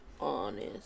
honest